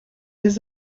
his